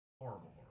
horrible